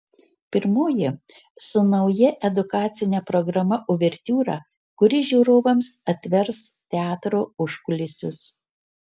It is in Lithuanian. pirmoji su nauja edukacine programa uvertiūra kuri žiūrovams atvers teatro užkulisius